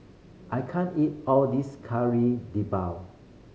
I can't eat all of this Kari Debal